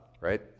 right